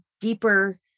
deeper